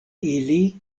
ili